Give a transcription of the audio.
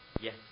Yes